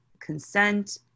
consent